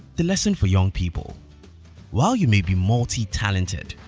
the lesson for young people while you may be multi-talented,